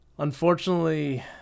Unfortunately